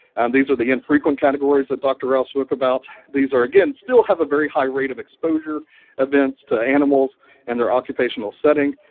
and these are the infrequent categories that dr. rao spoke about. these are again, still have a very high rate of exposure events to animals in and their occupational setting,